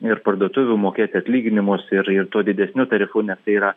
ir parduotuvių mokėti atlyginimus ir ir tuo didesniu tarifu nes tai yra